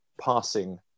passing